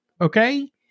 okay